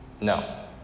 no